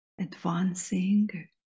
advancing